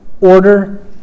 order